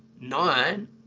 nine